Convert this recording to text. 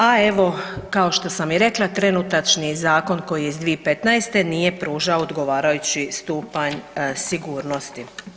A evo kao što sam i rekla trenutačni zakon koji je iz 2015. nije pružao odgovarajući stupanj sigurnosti.